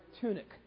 tunic